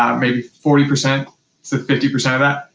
um maybe forty percent to fifty percent of that.